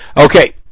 Okay